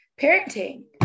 parenting